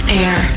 air